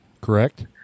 correct